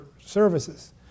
services